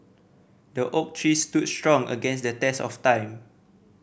the oak tree stood strong against the test of time